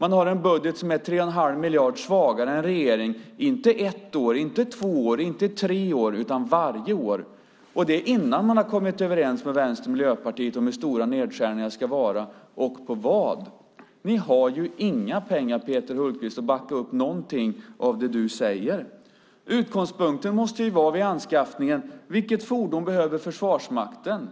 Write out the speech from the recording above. Man har en budget som är 3,5 miljarder svagare än regeringens - inte ett år, inte två år, inte tre år utan varje år - och det innan man har kommit överens med Vänstern och Miljöpartiet om hur stora nedskärningarna ska vara och på vad. Ni har inga pengar, Peter Hultqvist, att backa upp någonting av det du säger. Utgångspunkten vid anskaffningen måste vara: Vilket fordon behöver Försvarsmakten?